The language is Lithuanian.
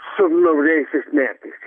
su naujaisiais metais